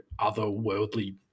otherworldly